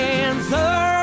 answer